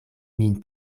min